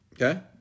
Okay